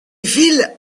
villes